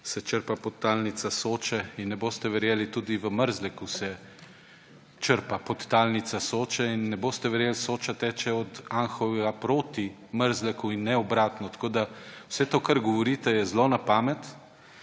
se črpa podtalnica Soče in ne boste verjeli, tudi v Mrzleku se črpa podtalnica Soče, in ne boste verjeli, Soča teče od Anhovega proti Mrzleku in ne obratno. Tako vse to, kar govorite, je zelo na pamet